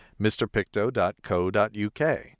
mrpicto.co.uk